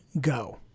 go